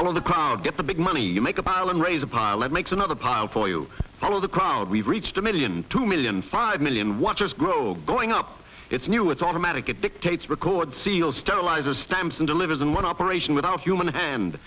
big money you make a bow and raise a pilot makes another pile for you follow the crowd we've reached a million two million five million watches grow going up it's new it's automatic it dictates record seals sterilizer stems and delivers in one operation without human hand